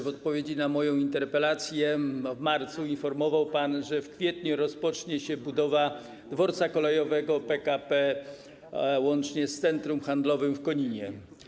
W odpowiedzi na moją interpelację, w marcu informował pan, że w kwietniu rozpocznie się budowa dworca kolejowego PKP łącznie z centrum handlowym w Koninie.